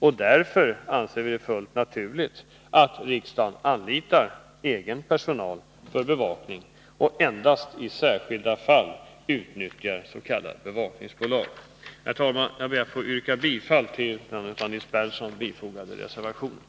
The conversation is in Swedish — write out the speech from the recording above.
Således är det fullt naturligt att riksdagen anlitar egen personal för bevakning och endast i särskilda fall utnyttjar s.k. bevakningsbolag. Herr talman! Jag ber att få yrka bifall till den av Nils Berndtson vid betänkandet fogade reservationen.